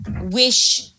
wish